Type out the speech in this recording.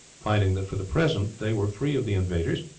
finding that for the present they were free of the invaders,